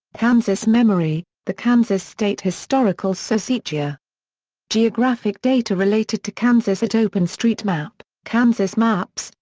kansas memory, the kansas state historical society. ah geographic data related to kansas at openstreetmap kansas maps,